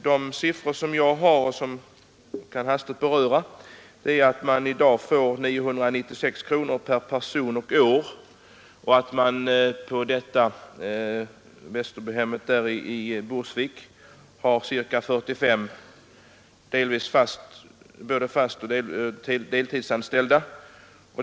De siffror jag har, som jag hastigt vill beröra, visar att Gotland i dag får 996 kronor per person och år, På Västerbyhemmet i Burgsvik finns ca 45 personer anställda, både på heltid och deltid.